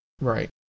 Right